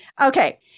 Okay